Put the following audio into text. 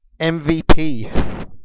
MVP